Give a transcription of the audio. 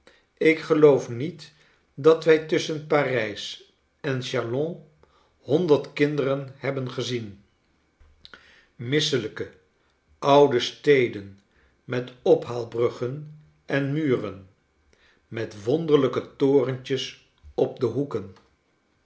ik geioof niet dat wij tusschen parijs en chalons honderd kinderen hebben gezien misselijke oude steden met ophaalbruggen en muren met wonderlijke torentjes op de hoeken